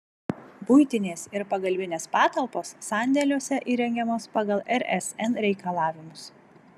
buitinės ir pagalbinės patalpos sandėliuose įrengiamos pagal rsn reikalavimus